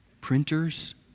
Printers